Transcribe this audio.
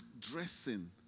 dressing